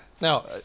now